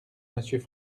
monsieur